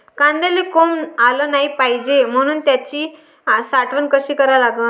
कांद्याले कोंब आलं नाई पायजे म्हनून त्याची साठवन कशी करा लागन?